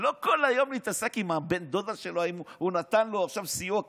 לא כל היום להתעסק עם הבן דודה שלו ואם הוא נתן לו עכשיו סיוע כספי,